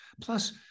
Plus